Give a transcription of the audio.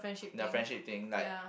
the friendship thing like